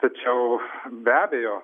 tačiau be abejo